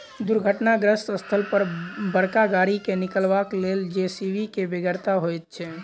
दुर्घटनाग्रस्त स्थल पर बड़का गाड़ी के निकालबाक लेल जे.सी.बी के बेगरता होइत छै